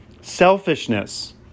Selfishness